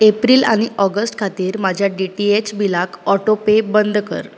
एप्रील आनी ऑगस्ट खातीर म्हज्या डी टी एच बिलाक ऑटो पे बंद कर